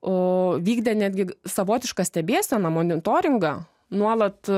o vykdė netgi savotišką stebėseną monitoringą nuolat